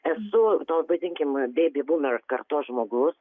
esu to vadinkim beibi bumer kartos žmogus